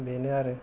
बेनो आरो